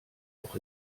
noch